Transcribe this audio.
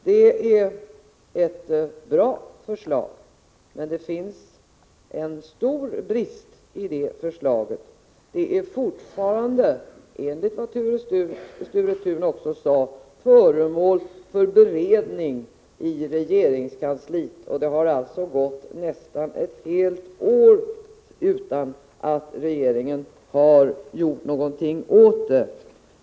Det är ett bra förslag, men det finns en stor brist med det: Det är fortfarande enligt vad Sture Thun också sade föremål för beredning i regeringskansliet. Det har alltså gått nästan ett helt år utan att regeringen har gjort någonting åt det.